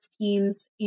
teams